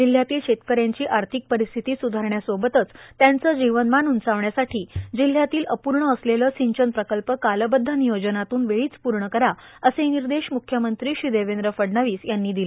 जिल्ह्यातील शेतकऱ्यांची आर्थिक परिस्थिती सुधारण्यासोबतच त्यांचं जीवनमान उंचावण्यासाठी जिल्ह्यातील अपूर्ण असलेलं सिंचन प्रकल्प कालबद्ध नियोजनातून वेळीच पूर्ण करा असं निर्देश मुख्यमंत्री श्री देवेंद्र फडणवीस यांनी दिले